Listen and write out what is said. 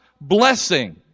blessing